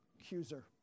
accuser